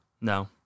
No